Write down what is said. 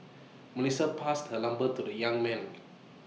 Melissa passed her number to the young man